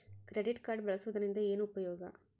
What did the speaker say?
Credit card ಬಳಸುವದರಿಂದ ಏನು ಉಪಯೋಗ?